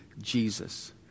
Jesus